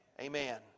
Amen